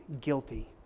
guilty